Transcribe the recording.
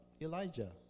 Elijah